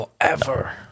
forever